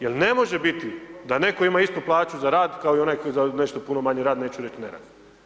Jer ne može biti da netko ima istu plaću za rad kao i onaj kao i onaj za nešto puno manji rad, neću reći ne rad.